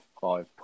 five